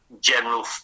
general